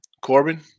Corbin